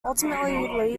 ultimately